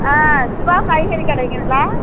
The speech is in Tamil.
ஆ சுபா காய்கறி கடைங்களா